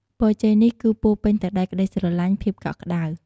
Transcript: ពរជ័យនេះគឺពោរពេញទៅដោយក្តីស្រឡាញ់ ភាពកក់ក្តៅ។